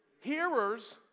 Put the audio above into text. Hearers